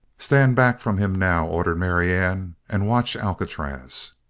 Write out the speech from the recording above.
stand back from him, now, ordered marianne, and watch alcatraz.